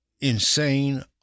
insane